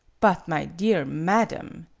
but, my dear madame